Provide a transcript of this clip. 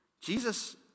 Jesus